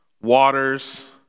waters